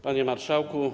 Panie Marszałku!